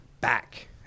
Back